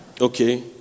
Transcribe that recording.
Okay